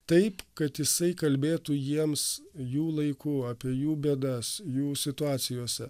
taip kad jisai kalbėtų jiems jų laiku apie jų bėdas jų situacijose